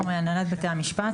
הנהלת בתי המשפט.